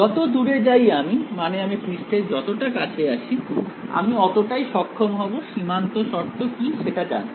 যত দূরে যাই আমি মানে আমি পৃষ্ঠের যতটা কাছে আসি আমি অতটাই সক্ষম হব সীমান্ত শর্ত কি সেটা জানতে